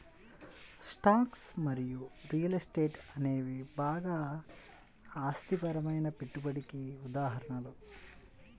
stocks మరియు real estate అనేవి బాగా అస్థిరమైన పెట్టుబడికి ఉదాహరణలు